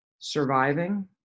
surviving